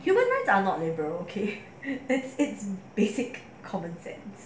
human rights are not liberal okay it's it's basic common sense ya